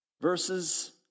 verses